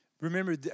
Remember